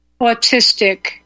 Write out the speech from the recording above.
autistic